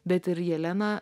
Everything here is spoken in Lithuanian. bet ir jelena